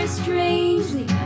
strangely